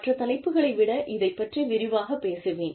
மற்ற தலைப்புகளை விட இதைப் பற்றி விரிவாகப் பேசுவேன்